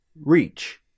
Reach